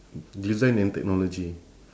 design and technology